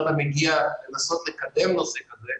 לנסות לקדם נושא כזה,